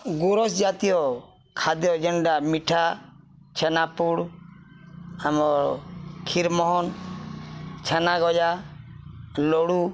ଗୁରଷ୍ ଜାତୀୟ ଖାଦ୍ୟ ଯେନ୍ଟା ମିଠା ଛେନାପୋଡ଼୍ ଆମର୍ କ୍ଷୀରମନ୍ଦ୍ ଛେନା ଗଜା ଲଡ଼ୁ